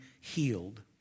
healed